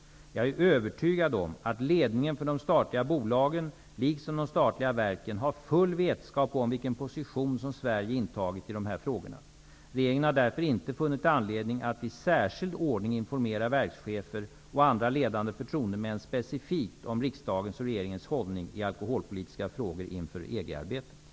Jag är övertygad om att ledningen för de statliga bolagen liksom de statliga verken har full vetskap om vilken position som Sverige intagit i de här frågorna. Regeringen har därför inte funnit anledning att i särskild ordning informera verkschefer och andra ledande förtroendemän specifikt om riksdagens och regeringens hållning i alkoholpolitiska frågor inför EG-arbetet.